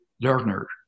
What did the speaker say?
learner